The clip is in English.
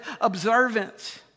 observance